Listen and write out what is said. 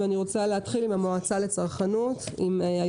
ואני רוצה להתחיל עם המועצה לצרכנות,